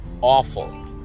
awful